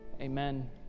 Amen